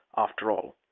after all.